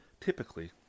typically